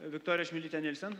viktorija čmilytė nilsen